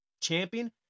champion